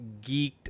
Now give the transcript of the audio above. geeked